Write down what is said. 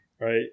right